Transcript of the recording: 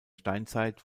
steinzeit